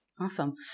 Awesome